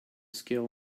scale